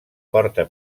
porta